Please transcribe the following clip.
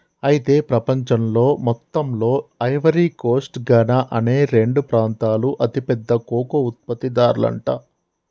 అయితే ప్రపంచంలో మొత్తంలో ఐవరీ కోస్ట్ ఘనా అనే రెండు ప్రాంతాలు అతి పెద్ద కోకో ఉత్పత్తి దారులంట